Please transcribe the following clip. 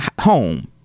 home